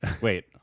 Wait